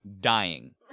dying